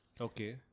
Okay